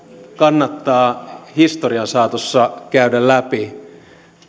kannattaa historian saatossa käydä läpi